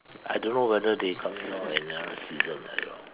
I don't know whether they coming out another season I don't know